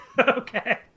Okay